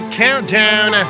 countdown